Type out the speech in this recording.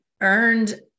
earned